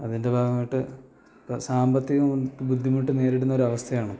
അതിൻ്റെ ഭാഗമായിട്ട് സാമ്പത്തികം ആയിട്ട് ബുദ്ധിമുട്ട് നേരിടുന്ന അവസ്ഥയാണ് ഇപ്പം